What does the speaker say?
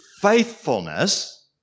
faithfulness